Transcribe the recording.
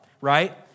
right